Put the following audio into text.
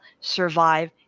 survive